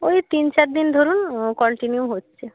ওই তিন চারদিন ধরুন কন্টিনিউ হচ্ছে